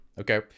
okay